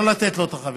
לא לתת לו את החבילה.